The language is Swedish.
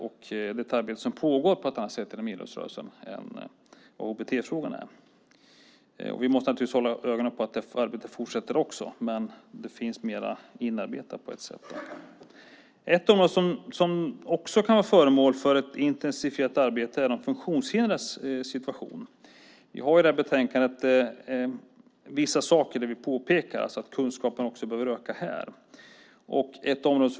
Ett arbete med detta pågår på ett annat sätt inom idrottsrörelsen än när det gäller hbt-frågorna. Naturligtvis måste vi hålla ögonen på det här och se till att också det arbetet fortsätter, men på ett sätt är det här mer inarbetat. En annan sak som kan vara föremål för ett intensifierat arbete är de funktionshindrades situation. I betänkandet pekar vi på vissa saker. Kunskapen behöver öka också här.